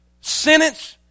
sentence